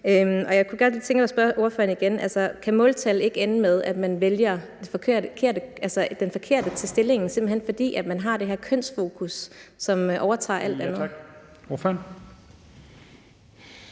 Jeg kunne godt lige tænke mig at spørge ordføreren igen: Kan måltal ikke ende med, at man vælger den forkerte til stillingen, simpelt hen fordi man har det her kønsfokus, som overskygger alt andet?